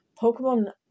Pokemon